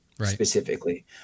specifically